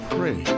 Pray